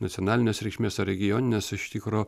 nacionalinės reikšmės ar regioninės iš tikro